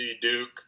Duke